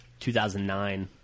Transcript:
2009